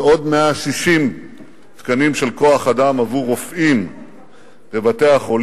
ועוד 160 תקנים של כוח-אדם עבור רופאים בבתי-החולים,